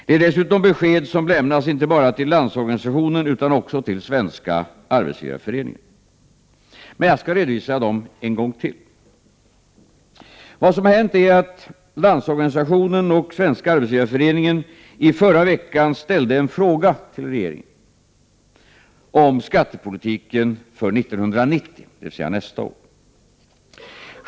Det är dessutom besked som lämnas inte bara till Landsorganisationen utan också till Svenska arbetsgivareföreningen. Men jag skall redovisa dem en gång till. Vad som har hänt är att Landsorganistionen och Svenska arbetsgivareföreningen förra veckan ställde en fråga till regeringen om skattepolitiken för 1990, dvs. nästa år.